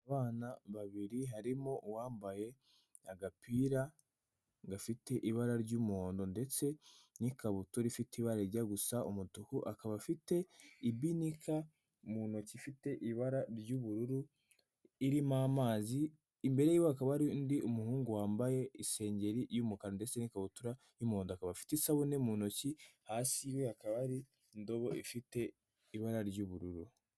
Abana babiri harimo uwambaye agapira gafite ibara ry'umuhondo ndetse n'ikabutura ifite ibara rijya gusa umutuku, akaba afite ibinika mu ntoki ifite ibara ry'ubururu, irimo amazi, imbere yiwe hakaba hari undi muhungu wambaye isengeri y'umukara ndetse n'ikabutura y'umuhondo, akaba afite isabune mu ntoki, hasi yiwe hakaba hari indobo ifite ibara ry'ubururu.